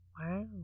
wow